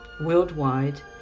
worldwide